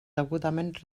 degudament